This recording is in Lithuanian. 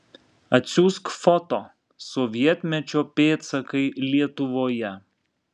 atsiųsk foto sovietmečio pėdsakai lietuvoje